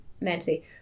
mentally